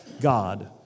God